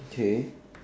okay